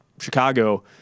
Chicago